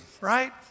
right